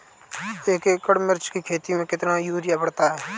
एक एकड़ मिर्च की खेती में कितना यूरिया पड़ता है?